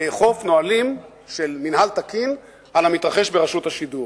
לאכוף נהלים של מינהל תקין על המתרחש ברשות השידור.